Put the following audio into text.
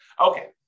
Okay